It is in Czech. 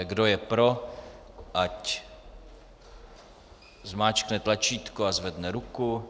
Kdo je pro, ať zmáčkne tlačítko a zvedne ruku.